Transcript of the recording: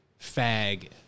fag